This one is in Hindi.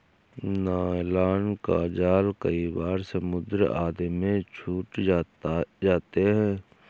नायलॉन का जाल कई बार समुद्र आदि में छूट जाते हैं